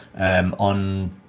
on